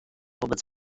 wobec